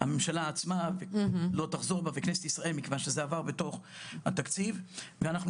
הממשלה עצמה לא תחזור בה וכנסת ישראל מכיוון שזה עבר בתוך התקציב ואנחנו